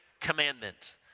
commandment